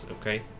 Okay